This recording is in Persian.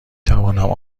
توانم